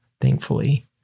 thankfully